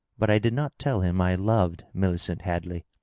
but i did not tell him i loved millicent hadley.